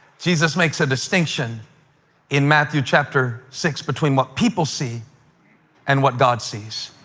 jesus makes a distinction in matthew, chapter six, between what people see and what god sees.